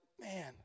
Man